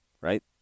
right